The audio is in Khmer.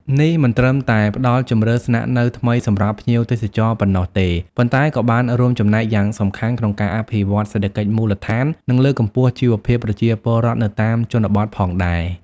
នេះមិនត្រឹមតែផ្តល់ជម្រើសស្នាក់នៅថ្មីសម្រាប់ភ្ញៀវទេសចរប៉ុណ្ណោះទេ ប៉ុន្តែក៏បានរួមចំណែកយ៉ាងសំខាន់ក្នុងការអភិវឌ្ឍសេដ្ឋកិច្ចមូលដ្ឋាន និងលើកកម្ពស់ជីវភាពប្រជាពលរដ្ឋនៅតាមជនបទផងដែរ។